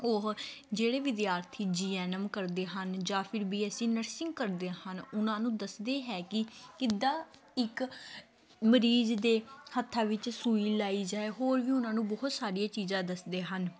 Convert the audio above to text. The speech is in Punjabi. ਉਹ ਜਿਹੜੇ ਵਿਦਿਆਰਥੀ ਜੀ ਐਨ ਐਮ ਕਰਦੇ ਹਨ ਜਾਂ ਫਿਰ ਬੀਐਸਸੀ ਨਰਸਿੰਗ ਕਰਦੇ ਹਨ ਉਹਨਾਂ ਨੂੰ ਦੱਸਦੇ ਹੈ ਕਿ ਕਿੱਦਾਂ ਇੱਕ ਮਰੀਜ਼ ਦੇ ਹੱਥਾਂ ਵਿੱਚ ਸੂਈ ਲਗਾਈ ਜਾਵੇ ਹੋਰ ਵੀ ਉਹਨਾਂ ਨੂੰ ਬਹੁਤ ਸਾਰੀਆਂ ਚੀਜ਼ਾਂ ਦੱਸਦੇ ਹਨ